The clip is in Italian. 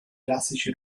classici